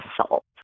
assault